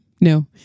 No